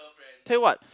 tell you what